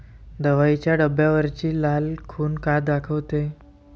दवाईच्या डब्यावरची लाल खून का दाखवते?